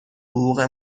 حقوق